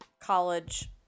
college